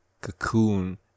cocoon